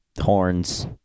horns